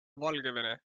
valgevene